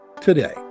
today